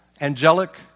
angelic